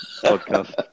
podcast